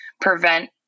prevent